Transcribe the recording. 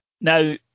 now